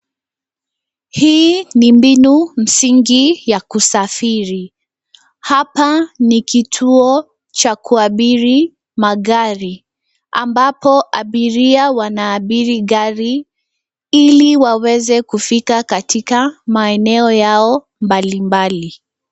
Hii ni mbinu msingi ya kusafiri. Hapa ni kituo cha kuabiri magari ambapo abiria wanaabiri gari ili waweze kufika katika maeneo yao mbalimbali.